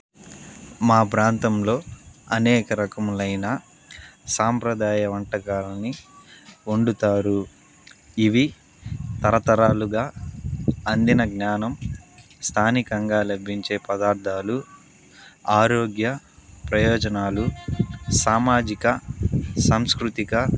మా ప్రాంతంలో అనేక రకములైన సాంప్రదాయ వంటకాలని వండుతారు ఇవి తరతరాలుగా అందిన జ్ఞానం స్థానికంగా లభించే పదార్ధాలు ఆరోగ్య ప్రయోజనాలు సామాజిక సంస్కృతిక